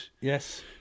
yes